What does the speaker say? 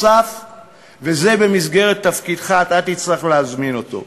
וזה במסגרת תפקידך, אתה תצטרך להזמין אותו.